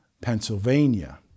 Pennsylvania